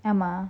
ஆமா:aama